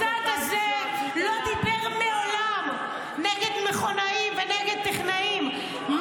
הצד הזה לא דיבר מעולם נגד מכונאים ונגד טכנאים.